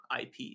IP